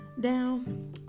down